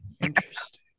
Interesting